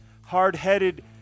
Hardheaded